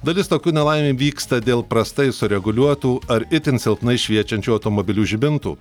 dalis tokių nelaimių įvyksta dėl prastai sureguliuotų ar itin silpnai šviečiančių automobilių žibintų